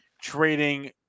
trading